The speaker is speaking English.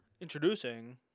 introducing